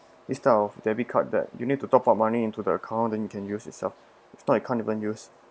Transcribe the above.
this kind of debit card that you need to top up money into the account then you can use itself if not you can't even use